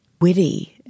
witty